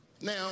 Now